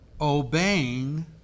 obeying